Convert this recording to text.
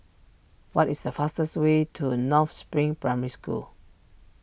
what is the fastest way to North Spring Primary School